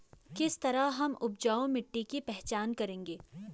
किस तरह हम उपजाऊ मिट्टी की पहचान करेंगे?